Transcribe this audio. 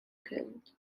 killed